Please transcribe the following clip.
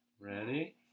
Ready